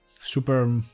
super